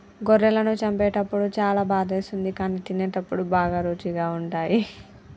గొర్రెలను చంపేటప్పుడు చాలా బాధేస్తుంది కానీ తినేటప్పుడు బాగా రుచిగా ఉంటాయి